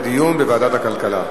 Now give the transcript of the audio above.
לדיון בוועדת הכלכלה.